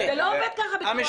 זה לא עובד ככה, בצורה כזו.